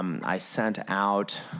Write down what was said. um i sent out